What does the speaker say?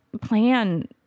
plan